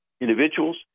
individuals